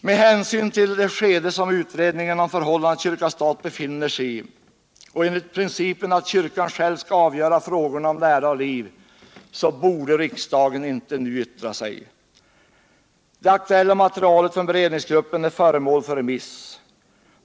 Med hänsyn till det skede som utredningen om förhållandet stat-kyrka befinner sig i och enligt principen att kyrkan själv skall avgöra frågorna om lära och liv bör riksdagen inte nu yttra sig. Det aktuella materialet från beredningsgrupperna är föremål för remiss.